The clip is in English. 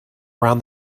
around